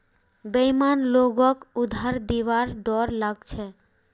बेईमान लोगक उधार दिबार डोर लाग छ